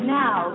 now